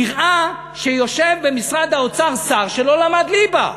נראה שיושב במשרד האוצר שר שלא למד ליבה,